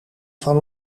van